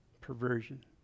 Perversion